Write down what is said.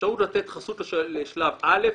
אפשרות לתת חסות לשלב א',